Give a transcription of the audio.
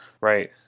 right